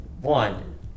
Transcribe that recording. One